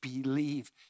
believe